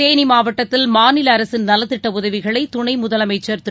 தேனி மாவட்டத்தில் மாநில அரசின் நலத்திட்ட உதவிகளை துணை முதலமைச்சர் திரு